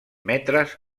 metres